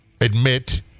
admit